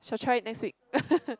shall try it next week